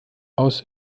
aus